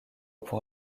pour